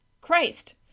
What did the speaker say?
Christ